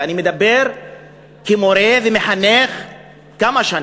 ואני מדבר כמורה ומחנך כמה שנים,